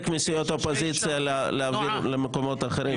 מסיעות האופוזיציה להעביר למקומות אחרים.